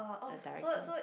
the director